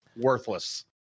Worthless